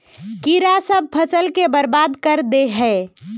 कीड़ा सब फ़सल के बर्बाद कर दे है?